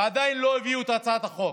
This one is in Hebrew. ועדיין לא הביאו את הצעת החוק.